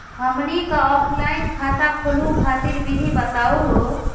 हमनी क ऑफलाइन खाता खोलहु खातिर विधि बताहु हो?